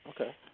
Okay